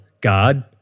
God